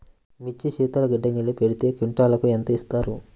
మిర్చి శీతల గిడ్డంగిలో పెడితే క్వింటాలుకు ఎంత ఇస్తారు?